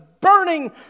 burning